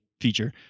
feature